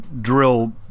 drill